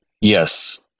Yes